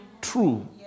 True